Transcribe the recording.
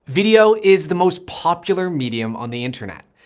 video is the most popular medium on the internet.